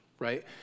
Right